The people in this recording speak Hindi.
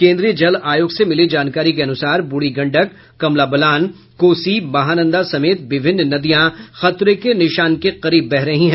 केन्द्रीय जल आयोग से मिली जानकारी के अनुसार ब्रढ़ी गंडक कमला बलान कोसी महानंदा समेत विभिन्न नदियां खतरे के निशान के करीब बह रही हैं